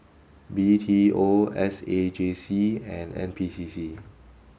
B T O S A J C and N P C C